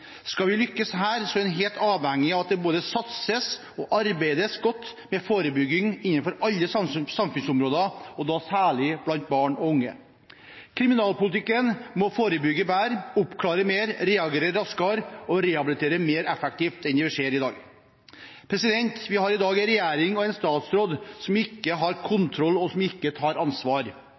Skal vi lykkes her, er en helt avhengig av at det både satses og arbeides godt med forebygging innenfor alle samfunnsområder – og da særlig blant barn og unge. Kriminalpolitikken må forebygge bedre, oppklare mer, reagere raskere og rehabilitere mer effektivt enn det vi ser i dag. Vi har i dag en regjering og en statsråd som ikke har kontroll, og som ikke tar ansvar.